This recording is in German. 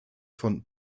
von